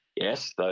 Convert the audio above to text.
Yes